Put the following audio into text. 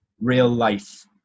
real-life